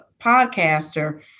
podcaster